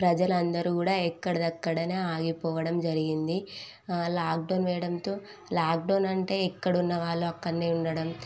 ప్రజలు అందరు కూడా ఎక్కడిదక్కడ ఆగిపోవడం జరిగింది లాక్డౌన్ వేయడంతో లాక్డౌన్ అంటే ఎక్కడ ఉన్న వాళ్ళు అక్కడ ఉండడం